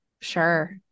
Sure